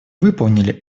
выполнили